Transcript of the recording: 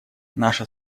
наша